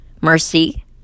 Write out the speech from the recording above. Mercy